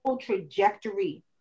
trajectory